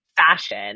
fashion